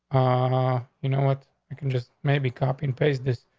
ah, you know what? i can just maybe copy and paste this.